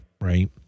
Right